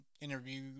interview